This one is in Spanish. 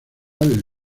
del